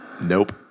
nope